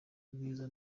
bwiza